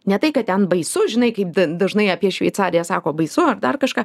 ne tai kad ten baisu žinai kaip dažnai apie šveicariją sako baisu ar dar kažką